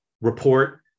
report